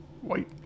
white